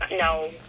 No